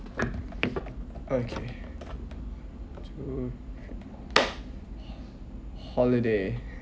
okay two holiday